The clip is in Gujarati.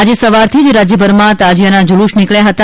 આજે સવારથી જ રાજ્યભરમાં તાજિયાના જુલુસ નીકબ્યા હતા